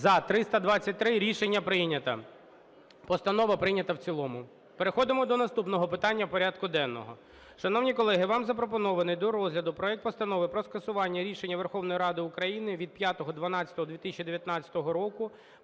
За-322 Рішення прийнято. Постанова прийнята в цілому. Переходимо до наступного питання порядку денного. Шановні колеги, вам запропонований до розгляду проект Постанови про скасування рішення Верховної Ради України від 05.12.2019 року